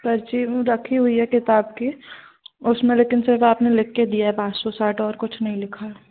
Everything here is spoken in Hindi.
पर्ची रखी हुई है किताब की और उसमें लेकिन सिर्फ आपने लिख के दिया है पाँच सौ साठ और कुछ नहीं लिखा है